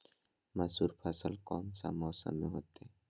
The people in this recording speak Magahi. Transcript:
मसूर फसल कौन सा मौसम में होते हैं?